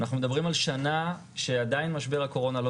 אנחנו מדברים על שנה שעדיין משבר הקורונה לא